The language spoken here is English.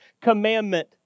commandment